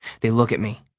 they look at me,